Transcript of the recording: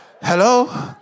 hello